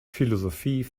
philosophie